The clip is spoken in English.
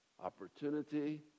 Opportunity